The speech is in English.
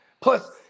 Plus